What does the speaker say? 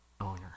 owner